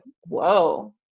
whoa